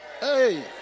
Hey